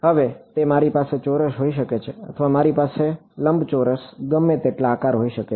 હવે તે મારી પાસે ચોરસ હોઈ શકે છે અથવા મારી પાસે લંબચોરસ ગમે તેટલા આકાર હોઈ શકે છે